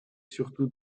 surtout